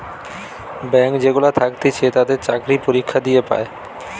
bank যেগুলা থাকতিছে তাতে চাকরি পরীক্ষা দিয়ে পায়